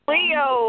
Leo